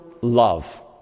love